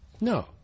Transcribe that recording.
No